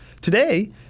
Today